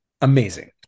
amazing